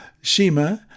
Shema